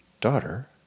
daughter